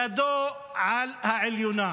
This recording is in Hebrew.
ידו על העליונה,